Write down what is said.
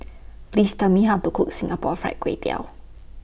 Please Tell Me How to Cook Singapore Fried Kway Tiao